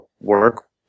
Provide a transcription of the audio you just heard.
work